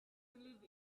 believe